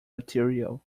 material